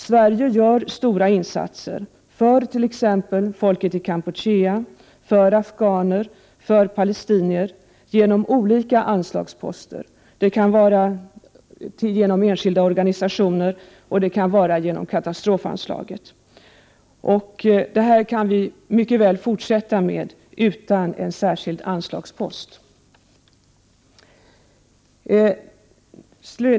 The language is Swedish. Sverige gör stora insatser för t.ex. folket i Kampuchea, för afghaner och för palestinier genom olika anslagsposter. Stödet kan gå genom enskilda organisationer eller genom katastrofanslaget. Detta kan vi mycket väl fortsätta med utan någon särskild anslagspost.